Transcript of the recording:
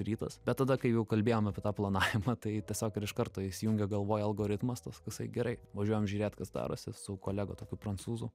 rytas bet tada kai jau kalbėjom apie tą planavimą tai tiesiog ir iš karto įsijungė galvoj algoritmas tas toksai gerai važiuojam žiūrėt kas darosi su kolega tokiu prancūzu